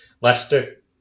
Leicester